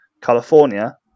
California